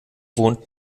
wohnt